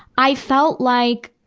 i felt like,